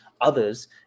others